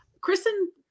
Kristen